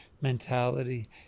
mentality